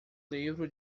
livro